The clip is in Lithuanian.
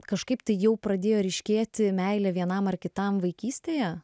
kažkaip tai jau pradėjo ryškėti meilė vienam ar kitam vaikystėje